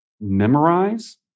memorize